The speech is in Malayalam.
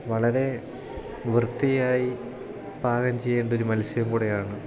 വളരെ വൃത്തിയായി പാകം ചെയ്യേണ്ടൊരു മത്സ്യം കൂടെയാണ്